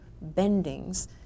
bendings